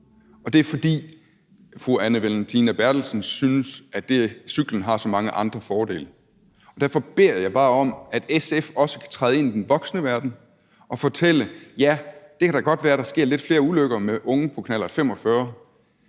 Det er, fordi fru Anne Valentina Berthelsen synes, at cyklen har så mange andre fordele. Derfor beder jeg bare om, at SF også kan træde ind i den voksne verden og fortælle, at ja, det kan da godt være, at der sker lidt flere ulykker med unge på knallert 45,